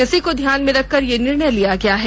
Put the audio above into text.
इसी को ध्यान में रखकर यह निर्णय लिया गया है